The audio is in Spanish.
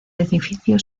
edificio